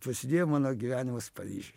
prasidėjo mano gyvenimas paryžiuj